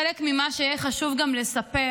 חלק ממה שיהיה חשוב לספר,